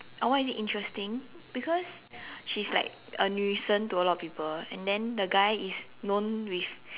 oh why is it interesting because she's like a 女神 to a lot of people and then the guy is known with